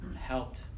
helped